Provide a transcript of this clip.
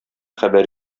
хәбәр